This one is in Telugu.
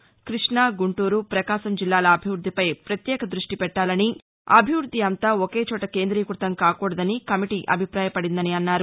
ను కృష్ణ గుంటూరు ప్రకాశం జిల్లాల అభివృద్ధిపై పత్యేక దృష్టి పెట్టాలని అభివృద్ధి అంతా ఒకేచోట కేందీకృతం కాకూడదని కమిటీ అభిపాయపడిందన్నారు